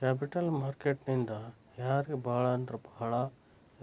capital market ನಿಂದಾ ಯಾರಿಗ್ ಭಾಳಂದ್ರ ಭಾಳ್